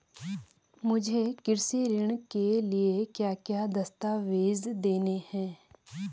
मुझे कृषि ऋण के लिए क्या क्या दस्तावेज़ देने हैं?